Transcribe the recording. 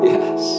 Yes